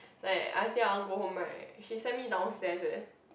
like I say I want go home right she sent me downstair eh